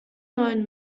neuen